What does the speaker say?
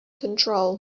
control